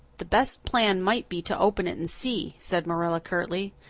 the best plan might be to open it and see, said marilla curtly.